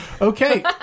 Okay